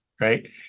right